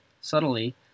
subtly